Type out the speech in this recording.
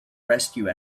rescue